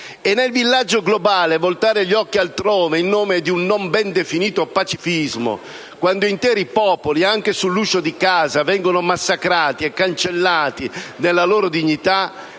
Nel villaggio globale voltare gli occhi altrove in nome di un non ben definito pacifismo, quando interi popoli, anche sull'uscio di casa, vengono massacrati e cancellati nella loro dignità,